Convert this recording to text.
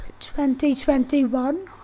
2021